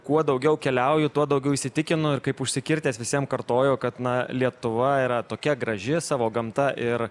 kuo daugiau keliauju tuo daugiau įsitikinu kaip užsikirtęs visiem kartoju kad na lietuva yra tokia graži savo gamta ir